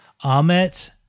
Ahmet